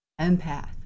empath